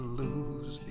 lose